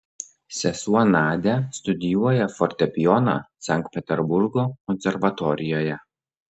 sesuo nadia studijuoja fortepijoną sankt peterburgo konservatorijoje